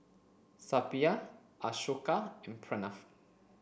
Suppiah Ashoka and Pranav